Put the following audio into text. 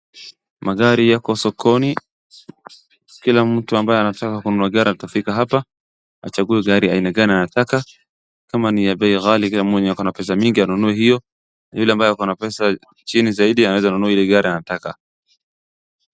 Magari yako sokoni, kila mtu ambaye anataka kununua gari atafika hapa achague gari aina gani anataka, kama ni ya bei ghali mwenye ako na pesa mingi anunue hiyo, yule ambaye ako na pesa chini zaidi anaweza nunua ile gari anataka.